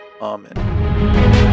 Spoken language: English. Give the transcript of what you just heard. Amen